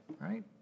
right